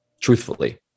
truthfully